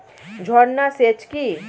ঝর্না সেচ কি?